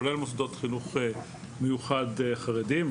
כולל מוסדות חינוך מיוחד חרדים,